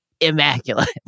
immaculate